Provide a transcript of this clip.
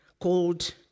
called